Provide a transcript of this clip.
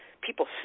people